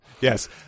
Yes